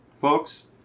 Folks